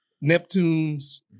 Neptune's